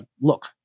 look